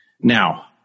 Now